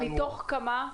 מתוך כמה?